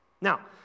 Now